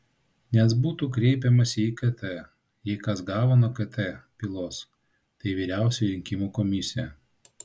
nes būtų kreipiamasi į kt jei kas gavo nuo kt pylos tai vyriausioji rinkimų komisija